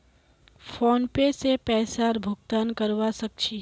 PhonePe से पैसार भुगतान करवा सकछी